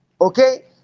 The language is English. okay